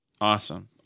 awesome